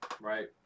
right